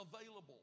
available